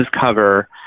cover